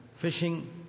fishing